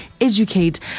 educate